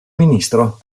ministro